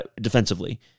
defensively